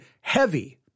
heavy